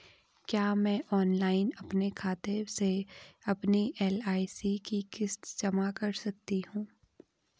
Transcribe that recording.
क्या मैं ऑनलाइन अपने खाते से अपनी एल.आई.सी की किश्त जमा कर सकती हूँ?